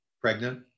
pregnant